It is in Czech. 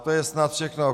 To je snad všechno.